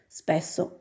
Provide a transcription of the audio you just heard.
spesso